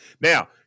Now